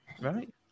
right